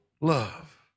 love